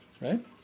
Right